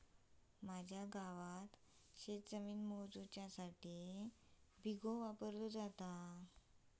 माझ्या गावात शेतजमीन मोजुसाठी बिघो वापरलो जाता